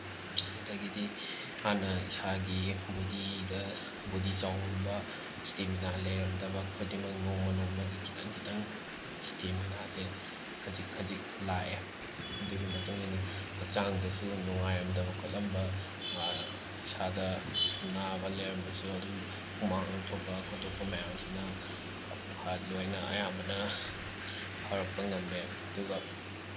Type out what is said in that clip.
ꯑꯗꯒꯤꯗꯤ ꯍꯥꯟꯅ ꯏꯁꯥꯒꯤ ꯕꯣꯗꯤꯗ ꯕꯣꯗꯤ ꯆꯥꯎꯔꯝꯕ ꯏꯁꯇꯦꯃꯤꯅꯥ ꯂꯩꯔꯝꯗꯕ ꯈꯨꯗꯤꯡꯃꯛ ꯅꯣꯡꯃ ꯅꯣꯡꯃꯒꯤ ꯈꯤꯇꯪ ꯈꯤꯇꯪ ꯏꯁꯇꯦꯃꯤꯅꯥꯁꯦ ꯈꯖꯤꯛ ꯈꯖꯤꯛ ꯂꯥꯛꯑꯦ ꯑꯗꯨꯒꯤ ꯃꯇꯨꯡ ꯏꯟꯅ ꯍꯛꯆꯥꯡꯗꯁꯨ ꯅꯨꯡꯉꯥꯏꯔꯝꯗꯕ ꯈꯣꯠꯂꯝꯕ ꯏꯁꯥꯗ ꯅꯥꯕ ꯂꯩꯔꯝꯕꯁꯨ ꯑꯗꯨꯝ ꯍꯨꯃꯥꯡ ꯂꯧꯊꯣꯛꯄ ꯈꯣꯠꯇꯣꯛꯄ ꯃꯌꯥꯝꯁꯤꯅ ꯂꯣꯏꯅ ꯑꯌꯥꯝꯕꯅ ꯐꯔꯛꯄ ꯉꯝꯃꯦ ꯑꯗꯨꯒ